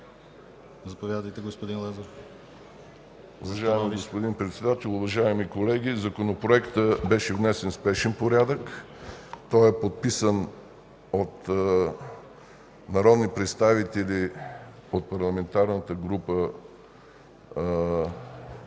Заповядайте, господин Лазаров.